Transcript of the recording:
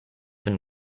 been